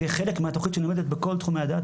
יהיה חלק מהתוכנית שנלמדת בכל תחומי הידע,